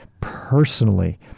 personally